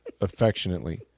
affectionately